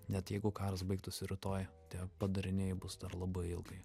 net jeigu karas baigtųsi rytoj tie padariniai bus dar labai ilgai